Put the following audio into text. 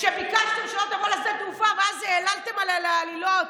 שביקשתם שלא תבוא לשדה התעופה ואז העללתם עליה עלילות,